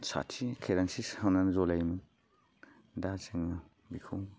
साथि केर'सिन सावनानै जलायोमोन दा जोङो बेखौ